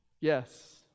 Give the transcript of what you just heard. Yes